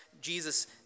Jesus